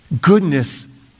goodness